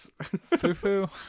Fufu